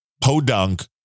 podunk